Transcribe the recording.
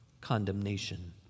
condemnation